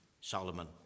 Solomon